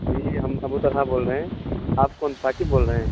جی ہم ابو طلحہ بول رہے ہیں آپ کون ثاقب بول رہے ہیں